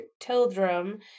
Tildrum